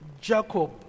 Jacob